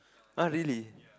ah really